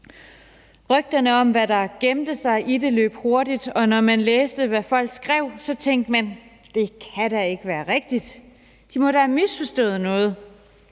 Rygterne om, hvad der gemte sig i det, løb hurtigt, og når man læste, hvad folk skrev, tænkte man: Det kan da ikke være rigtigt; de må da have misforstået noget;